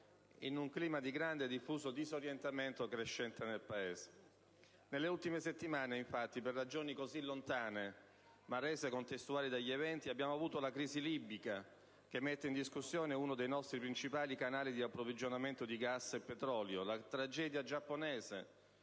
in un clima di grande, diffuso e crescente disorientamento nel Paese. Nelle ultime settimane, infatti, per ragioni così lontane, ma rese contestuali dagli eventi, abbiamo avuto: la crisi libica, che ha messo in discussione uno dei nostri principali canali di approvvigionamento di gas e petrolio; la tragedia giapponese,